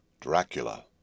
Dracula